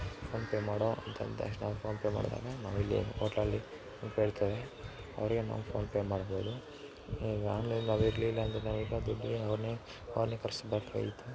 PhonePe ಮಾಡೋ ಅಂತಂದ ತಕ್ಷಣ ಫೋನ್ಪೇ ಮಾಡ್ತಾನೆ ನಾವಿಲ್ಲಿ ಹೋಟ್ಲಲ್ಲಿ ಫೋನ್ಪೇ ಇರ್ತದೆ ಅವ್ರಿಗೆ ನಾವು ಫೋನ್ಪೇ ಮಾಡ್ಬೌದು ಈಗ ಆನ್ಲೈನ್ ಅವು ಇರಲಿಲ್ಲ ಅಂದರೆ ನಾವು ಈಗ ದುಡ್ಡು ಅವ ಅವ್ರನ್ನೇ ಕರೆಸ್ಬೇಕಾಗಿತ್ತು